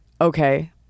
okay